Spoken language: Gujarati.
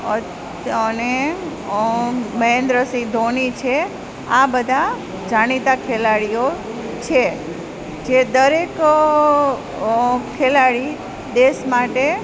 અને મહેન્દ્ર સિંહ ધોની છે આ બધાં જાણીતા ખેલાડીઓ છે જે દરેક ખેલાડી દેશ માટે